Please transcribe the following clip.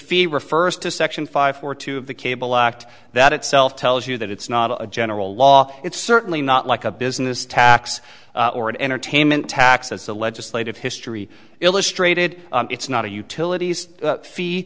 to section five or two of the cable act that itself tells you that it's not a general law it's certainly not like a business tax or an entertainment tax as the legislative history illustrated it's not a utilities fee